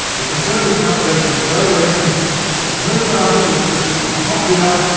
the conservative calculation was very, very simple mr miliband is pretty unpopular,